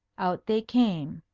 out they came.